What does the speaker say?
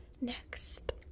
next